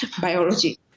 biology